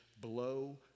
blow